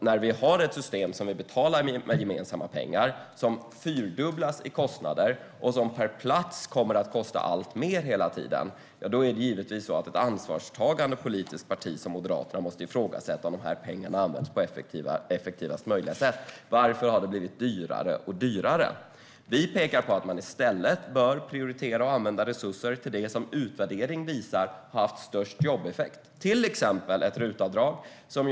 När vi har ett system som vi betalar med gemensamma pengar och som fyrdubblas i kostnader och hela tiden kostar alltmer per plats måste givetvis ett ansvarstagande politiskt parti som Moderaterna ifrågasätta om pengarna används på effektivast möjliga sätt. Varför har det blivit dyrare och dyrare? Vi pekar på att man i stället bör prioritera och använda resurser till det som utvärderingar visar har haft störst jobbeffekt, till exempel RUT-avdraget.